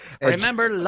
Remember